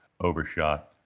overshot